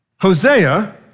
Hosea